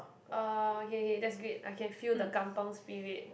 uh okay okay that's great I can feel the kampung Spirit